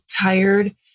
tired